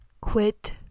Quit